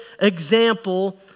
example